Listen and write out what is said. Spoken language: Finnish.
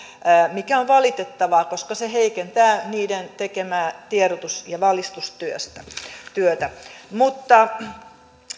mikä on valitettavaa koska se heikentää niiden tekemää tiedotus ja valistustyötä mutta